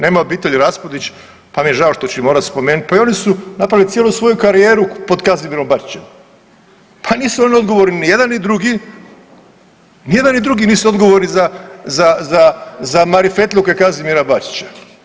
Nema obitelji Raspudić pa mi je žao što ću ih morat spomenut, pa i oni su napravili cijelu svoju karijeru pod Kazimirom Bačićem, pa nisu oni odgovorni, ni jedan ni drugi, ni jedan ni drugi nisu odgovorni za marifetluke Kazimira Bačića.